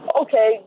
okay